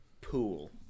pool